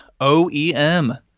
OEM